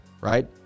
right